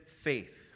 faith